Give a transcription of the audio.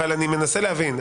אבל אני מנסה להבין.